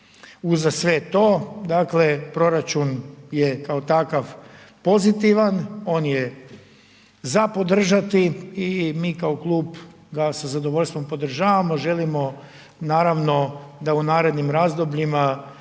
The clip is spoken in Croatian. Uza sve to, dakle proračun je kao takav pozitivan, on je za podržat i mi kao klub ga sa zadovoljstvom podržavamo, želimo naravno da u narednim razdobljima